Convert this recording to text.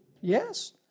Yes